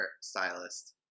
stylist